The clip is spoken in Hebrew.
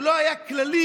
לא היו כללים,